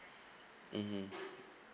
mm